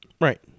Right